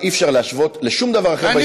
אי-אפשר להשוות לשום דבר אחר בהיסטוריה,